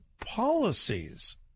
policies